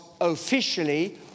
officially